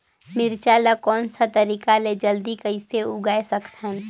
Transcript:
मिरचा ला कोन सा तरीका ले जल्दी कइसे उगाय सकथन?